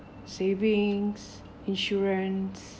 savings insurance